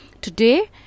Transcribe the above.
Today